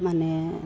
माने